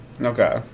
okay